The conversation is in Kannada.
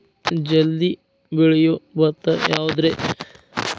ಜಲ್ದಿ ಬೆಳಿಯೊ ಭತ್ತ ಯಾವುದ್ರೇ?